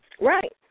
Right